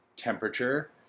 Temperature